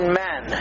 man